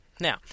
now